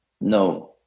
No